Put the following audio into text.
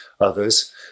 others